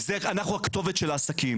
אנחנו הכתובת של העסקים.